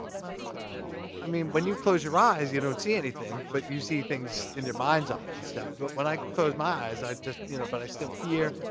i mean, when you close your eyes, you don't see anything. but you see things in your mind's eye and stuff. but when i close my eyes i just, you know, but i still hear.